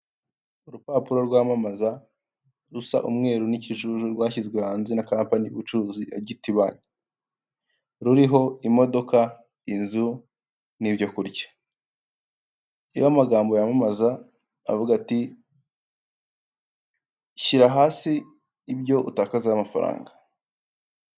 Urupapuro rwamamaza, rusa umweru n'ikiju, rwashyizwe hanze na kampanyi y'ubucuruzi ya giti banki. Ruriho imodoka, inzu, n'ibyo kurya. Ruriho amagambo yamamaza, avuga ati: "Shyira hasi ibyo utakazaho amafaranga".